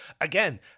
again